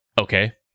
Okay